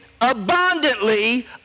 abundantly